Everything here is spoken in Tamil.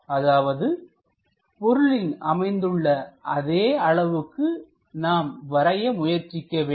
அதாவது பொருளின் அமைந்துள்ள அதே அளவுகளுக்கே நாம் வரைய முயற்சிக்க வேண்டும்